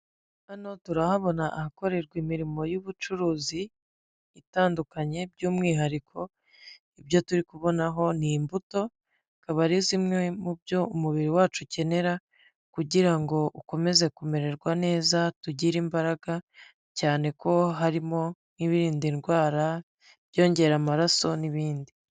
Hano turahabona ahakorerwa imirimo y'ubucuruzi itandukanye, by'umwihariko ibyo turi kubonaho ni imbuto kaba ari zimwe mu byo umubiri wacu ukenera kugira ngo ukomeze kumererwa neza tugire imbaraga cyane ko harimo nk'inda indwara, ibyongera amaraso n'ibindi.